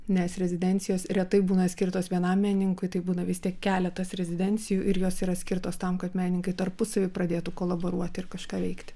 nes rezidencijos retai būna skirtos vienam menininkui tai būna vis teik keletas rezidencijų ir jos yra skirtos tam kad menininkai tarpusavy pradėtų kolaboruoti ir kažką veikti